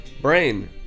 brain